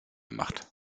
macht